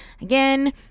again